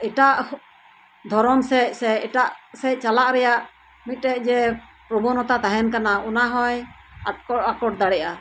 ᱮᱴᱟᱜ ᱫᱷᱚᱨᱚᱢ ᱥᱮᱜ ᱥᱮ ᱮᱴᱟᱜ ᱥᱮᱜ ᱪᱟᱞᱟᱜ ᱨᱮᱭᱟᱜ ᱢᱤᱫᱴᱮᱡ ᱡᱮ ᱯᱨᱚᱵᱚᱱᱚᱛᱟ ᱛᱟᱦᱮᱱ ᱠᱟᱱᱟ ᱚᱱᱟ ᱦᱚᱸᱭ ᱟᱠᱴᱚ ᱟᱠᱚᱴ ᱫᱟᱲᱮᱭᱟᱜᱼᱟ